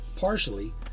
partially